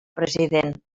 president